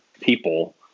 people